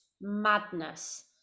madness